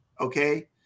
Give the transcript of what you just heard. Okay